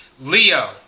Leo